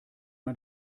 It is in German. man